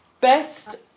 Best